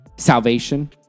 salvation